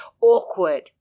awkward